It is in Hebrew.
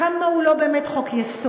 כמה הוא לא באמת חוק-יסוד,